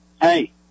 hey